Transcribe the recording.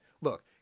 look